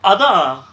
அதா:atha